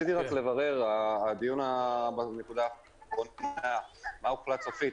רציתי רק לברר מה הוחלט סופית,